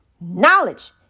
knowledge